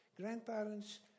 grandparents